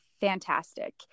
fantastic